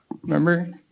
Remember